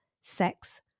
Sex